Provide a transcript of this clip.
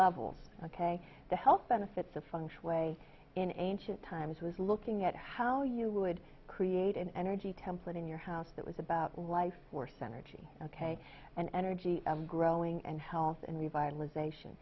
levels ok the health benefits of function way in ancient times was looking at how you would create an energy template in your house that was about life or center g ok and energy growing and health and revitalization